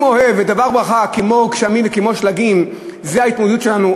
אם אוהב ודבר ברכה כמו גשמים וכמו שלגים זו ההתמודדות שלנו,